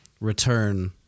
Return